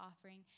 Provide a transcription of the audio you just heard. offering